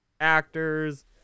actors